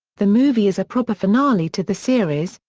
the movie is a proper finale to the series,